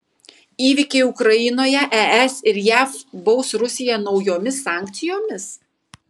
įvykiai ukrainoje es ir jav baus rusiją naujomis sankcijomis